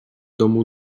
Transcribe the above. domu